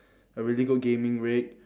a really good gaming rig